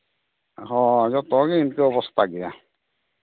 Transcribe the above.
ᱦᱳᱭ ᱡᱚᱛᱚᱜᱮ ᱤᱱᱠᱟᱹ ᱚᱵᱚᱥᱛᱷᱟ ᱜᱮᱭᱟ